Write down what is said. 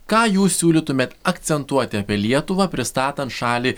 ką jūs siūlytumėt akcentuoti apie lietuvą pristatant šalį